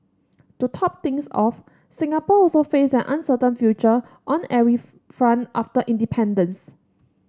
to top things off Singapore also faced an uncertain future on every front after independence